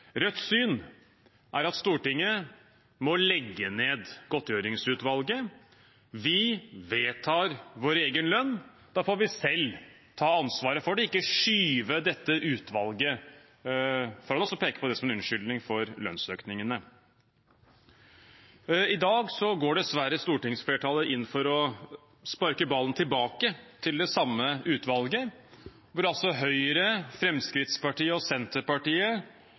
Rødts syn er at Stortinget må legge ned godtgjøringsutvalget. Vi vedtar vår egen lønn, da får vi selv ta ansvaret for det, ikke skyve dette utvalget foran oss og peke på det som en unnskyldning for lønnsøkningene. I dag går dessverre stortingsflertallet inn for å sparke ballen tilbake til det samme utvalget. Høyre, Fremskrittspartiet og Senterpartiet